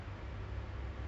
apa tu